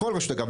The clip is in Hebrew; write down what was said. בכל רשות, אגב.